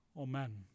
Amen